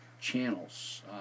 channels